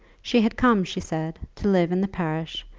she had come, she said, to live in the parish,